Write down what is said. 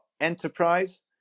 Enterprise